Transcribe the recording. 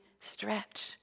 stretch